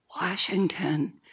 Washington